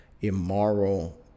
immoral